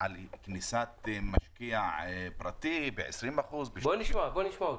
על כניסת משקיע פרטי ב-20% --- בוא נשמע אותו.